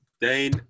Dane